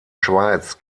schweiz